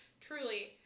truly